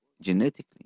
genetically